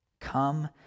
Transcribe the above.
come